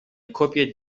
kopie